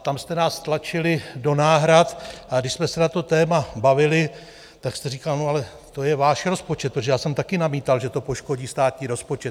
Tam jste nás tlačili do náhrad, a když jsme se na to téma bavili, tak jste říkal: No, to je váš rozpočet, protože já jsem také namítal, že to poškodí státní rozpočet.